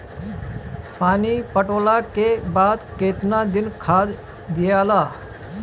पानी पटवला के बाद केतना दिन खाद दियाला?